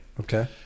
okay